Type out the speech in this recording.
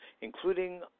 including